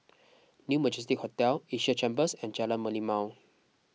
New Majestic Hotel Asia Chambers and Jalan Merlimau